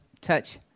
touch